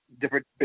different